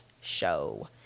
show